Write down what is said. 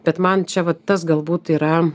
bet man čia vat tas galbūt yra